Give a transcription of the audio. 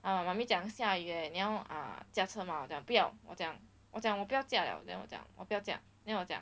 err 妈咪讲下雨: eh 你要 uh 驾车吗我讲不要我讲我讲我不要驾了 then 我讲我不要驾 then 我讲